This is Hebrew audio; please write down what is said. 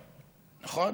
נכון?